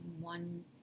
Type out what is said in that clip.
one